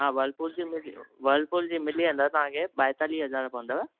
हा वरपूल जी मिली वरपूल जी मिली वेंदव तव्हां खे ॿाएतालीह हज़ार पवंदव